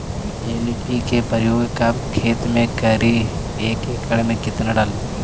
NPK प्रयोग कब खेत मे करि एक एकड़ मे कितना डाली?